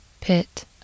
Pit